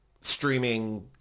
Streaming